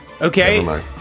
Okay